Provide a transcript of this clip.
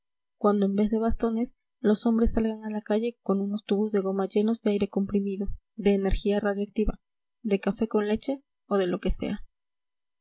cuando en vez de bastones los hombres salgan a la calle con unos tubos de goma llenos de aire comprimido de energía radioactiva de café con leche o de lo que sea